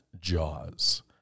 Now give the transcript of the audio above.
Jaws